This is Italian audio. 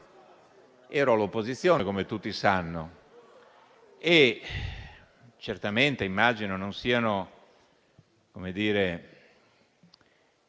Ero all'opposizione, come tutti sanno. Certamente immagino non siano questioni